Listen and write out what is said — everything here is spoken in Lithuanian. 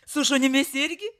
su šunimis irgi